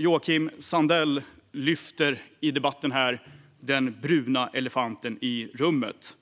Joakim Sandell lyfter i debatten den bruna elefanten i rummet.